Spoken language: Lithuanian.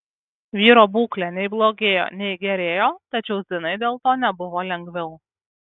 vyro būklė nei blogėjo nei gerėjo tačiau zinai dėl to nebuvo lengviau